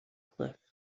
cliff